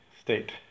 state